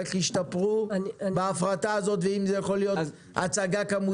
איך הם ישתפרו בהפרטה הזאת ואם זה יכול להיות הצגה כמותית בהמשך.